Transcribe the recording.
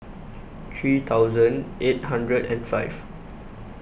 three thousand eight hundred and five